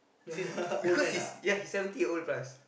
because he's ya he seventy year old plus